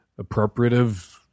appropriative